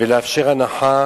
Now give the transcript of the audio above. ולאפשר הנחה,